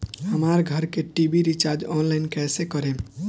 हमार घर के टी.वी रीचार्ज ऑनलाइन कैसे करेम?